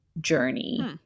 journey